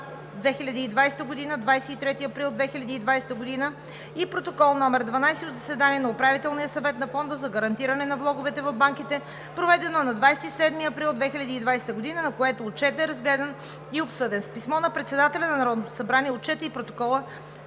2020 г. – 23 април 2020 г. и Протокол № 12 от заседание на УС на Фонда за гарантиране на влоговете в банките, проведено на 27 април 2020 г., на което Отчетът е разгледан и обсъден. С писмо на председателя на Народното събрание Отчетът и Протоколът